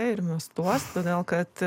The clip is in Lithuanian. ir mes tuos todėl kad